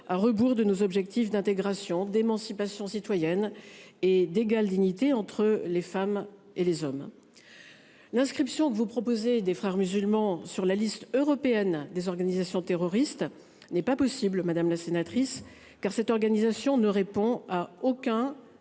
À rebours de nos objectifs d'intégration d'émancipation citoyenne et d'égale dignité entre les femmes et les hommes. L'inscription que vous proposez des Frères musulmans sur la liste européenne des organisations terroristes n'est pas possible madame la sénatrice car cette organisation ne répond à aucun